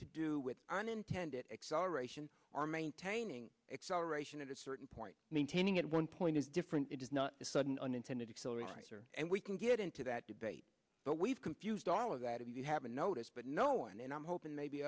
to do with unintended acceleration are maintaining acceleration at a certain point maintaining at one point is different it is not a sudden unintended acceleration and we can get into that debate but we've confused all of that if you haven't noticed but no one and i'm hoping maybe